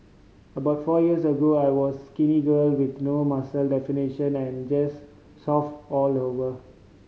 about four years ago I was skinny girl with no muscle definition and just soft all over